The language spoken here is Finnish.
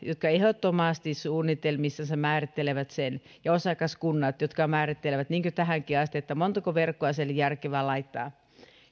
jotka ehdottomasti suunnitelmissansa määrittelevät sen ja osakaskuntien jotka määrittelevät niin kuin tähänkin asti montako verkkoa sinne on järkevää laittaa ja